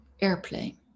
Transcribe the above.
airplane